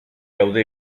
gaude